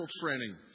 training